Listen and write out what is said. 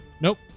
Nope